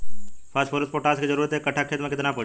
Phosphorus potash के जरूरत एक कट्ठा खेत मे केतना पड़ी?